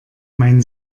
mein